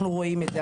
אנחנו רואים את זה,